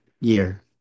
year